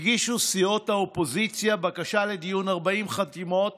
הגישו סיעות האופוזיציה בקשה לדיון 40 חתימות